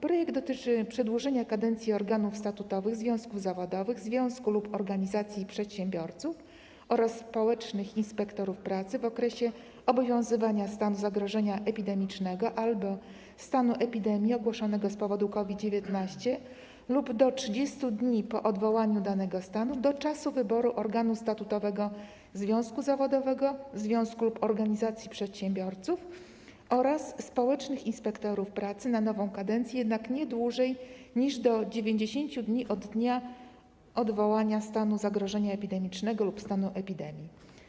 Projekt dotyczy przedłużenia kadencji organów statutowych związków zawodowych, związku lub organizacji przedsiębiorców oraz społecznych inspektorów pracy w okresie obowiązywania stanu zagrożenia epidemicznego albo stanu epidemii ogłoszonego z powodu COVID-19 lub do 30 dni po odwołaniu danego stanu, do czasu wyboru organu statutowego związku zawodowego, związku lub organizacji przedsiębiorców oraz społecznych inspektorów pracy na nową kadencję, jednak nie dłużej niż do 90 dni od dnia odwołania stanu zagrożenia epidemicznego lub stanu epidemii.